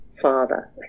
father